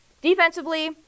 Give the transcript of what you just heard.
Defensively